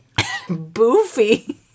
Boofy